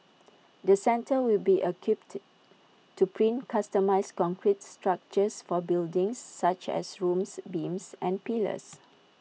the centre will be equipped to print customised concrete structures for buildings such as rooms beams and pillars